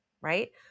right